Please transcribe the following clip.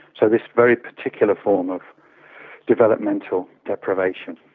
so this very particular form of developmental deprivation.